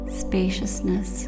spaciousness